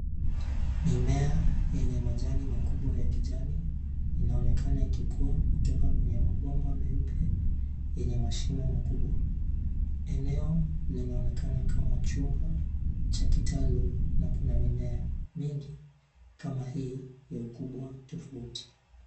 Mimea yenye majani makubwa ya kijani; yanaonekana yakikua kutoka kwenye mabomba meupe yenye mashimo makubwa. Eneo linaonekana kama chumba cha kitalu na kuna mimea mingi kama hii ya ukubwa tofauti.